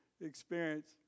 experience